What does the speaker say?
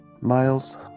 Miles